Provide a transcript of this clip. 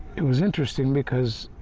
it was interesting, because